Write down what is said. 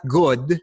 good